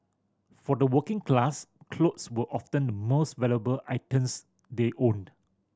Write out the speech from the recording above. for the working class clothes were often the most valuable they owned